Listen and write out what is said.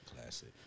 Classic